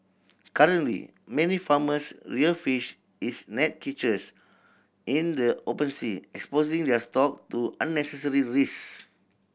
currently many farmers rear fish is net cages in the open sea exposing their stock to unnecessary risk